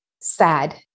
sad